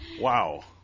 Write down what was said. Wow